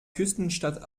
küstenstadt